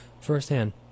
firsthand